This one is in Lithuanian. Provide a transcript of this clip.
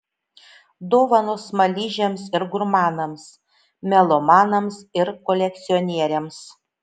dovanos smaližiams ir gurmanams melomanams ir kolekcionieriams